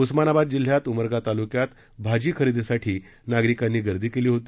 उस्मानाबाद जिल्ह्यात उमरगा तारलुक्यात भाजी खरेदीसाठी नागरिकांनी गर्दी केली होती